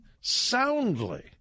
soundly